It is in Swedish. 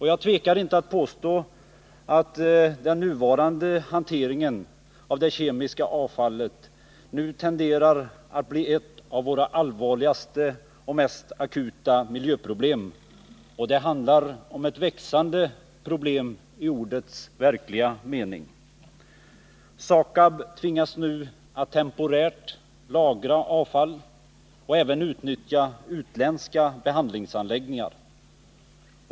Jag tvekar inte att påstå att den nuvarande hanteringen av det kemiska avfallet tenderar att bli ett av våra allvarligaste och mest akuta miljöproblem. Det handlar om ett växande problem i ordets verkliga mening. SAKAB ' tvingas nu att temporärt lagra avfall och även utnyttja utländska behandlingsanläggningar.